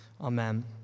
Amen